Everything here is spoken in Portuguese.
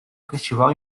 festival